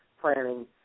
planning